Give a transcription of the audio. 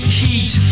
heat